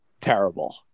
terrible